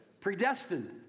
Predestined